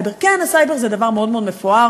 כן, הסייבר זה דבר מאוד מאוד מפואר,